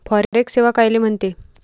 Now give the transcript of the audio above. Forex सेवा कायले म्हनते?